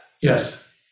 yes